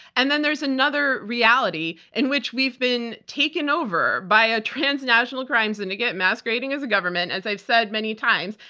and then there's another reality in which we've been taken over by a transnational crime syndicate masquerading as a government, as i've said many times,